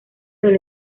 del